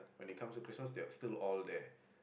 when it comes to Christmas still all there